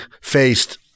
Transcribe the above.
faced